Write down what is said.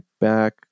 back